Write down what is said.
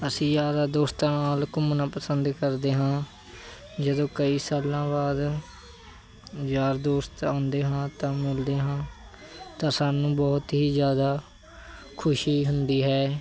ਅਸੀਂ ਯਾਰਾਂ ਦੋਸਤਾਂ ਨਾਲ ਘੁੰਮਣਾ ਪਸੰਦ ਕਰਦੇ ਹਾਂ ਜਦੋਂ ਕਈ ਸਾਲਾਂ ਬਾਦ ਯਾਰ ਦੋਸਤ ਆਉਂਦੇ ਹਾਂ ਤਾਂ ਮਿਲਦੇ ਹਾਂ ਤਾਂ ਸਾਨੂੰ ਬਹੁਤ ਹੀ ਜ਼ਿਆਦਾ ਖੁਸ਼ੀ ਹੁੰਦੀ ਹੈ